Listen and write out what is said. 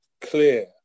clear